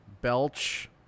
Belch